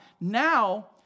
Now